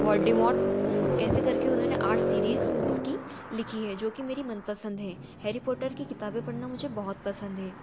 what do you want ऐसे कर के उन्होंने आठ सीरीज़ इसकी लिखी है जो कि मेरी मनपसंद हें हैरी पोटर की किताबें पढ़ना मुझे बहुत पसंद है